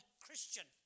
Christian